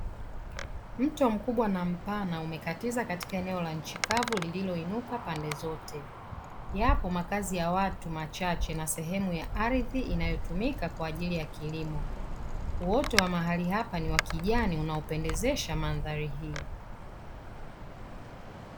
Mto mkubwa na mpana umekatiza katika eneo la nchi kavu lililoinuka pande zote. Yapo makazi ya watu machache na sehemu ya ardhi inayoitumika kwa ajili ya kilimo. Uoto wa mahali hapa ni wa kijani unaopendezesha mandhari hii.